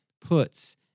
puts